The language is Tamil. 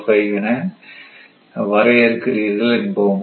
0005 என ஒரு இருக்கிறீர்கள் என்போம்